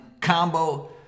Combo